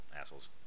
assholes